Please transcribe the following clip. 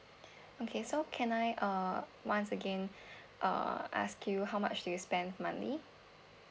okay so can I uh once again uh ask you how much do you spend money